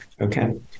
Okay